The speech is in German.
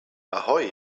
ahoi